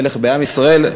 מלך בעם ישראל,